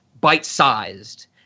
bite-sized